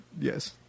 yes